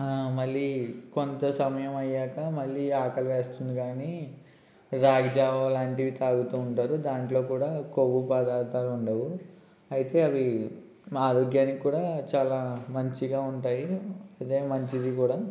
మళ్లీ కొంత సమయం అయ్యాక మళ్లీ ఆకలి వేస్తుంది కానీ రాగిజావ లాంటివి తాగుతూ ఉంటారు దాంట్లో కూడా కొవ్వు పదార్థాలు ఉండవు అయితే అవి ఆరోగ్యానికి కూడా చాలా మంచిగా ఉంటాయి అదే మంచిది కూడా